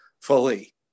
fully